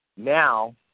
Now